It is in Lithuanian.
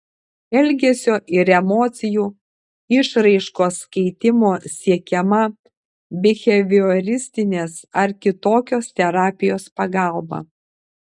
elgesio ir emocijų išraiškos keitimo siekiama bihevioristinės ar kitokios terapijos pagalba